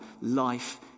life